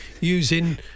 using